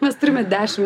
mes turime dešim